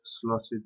slotted